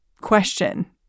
question